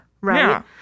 Right